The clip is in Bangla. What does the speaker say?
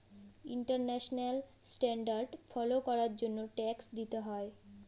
ইন্টারন্যাশনাল স্ট্যান্ডার্ড ফলো করার জন্য ট্যাক্স দিতে হয়